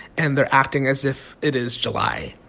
and they're acting as if it is july,